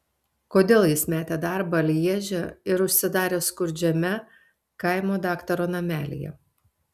kodėl jis metė darbą lježe ir užsidarė skurdžiame kaimo daktaro namelyje